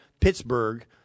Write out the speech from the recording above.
Pittsburgh